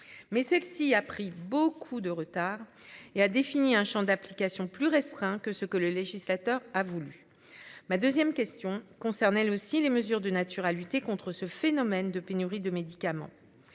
mais celle-ci a pris beaucoup de retard et a défini un Champ d'application plus restreint que ce que le législateur a voulu ma 2ème question concernait elle aussi les mesures de nature à lutter contre ce phénomène de pénurie de médicaments.